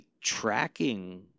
tracking